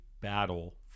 battle